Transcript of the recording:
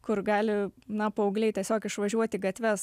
kur gali na paaugliai tiesiog išvažiuoti į gatves